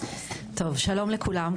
שלום לכולם,